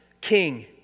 king